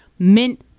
Mint